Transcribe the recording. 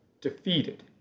defeated